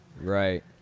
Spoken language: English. Right